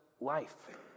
life